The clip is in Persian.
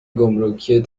گمرکی